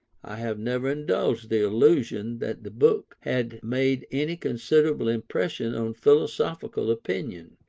i have never indulged the illusion that the book had made any considerable impression on philosophical opinion.